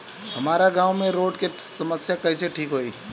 हमारा गाँव मे रोड के समस्या कइसे ठीक होई?